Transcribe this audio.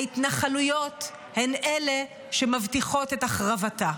ההתנחלויות הן אלה שמבטיחות את החרבתה.